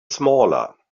smaller